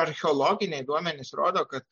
archeologiniai duomenys rodo kad